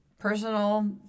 Personal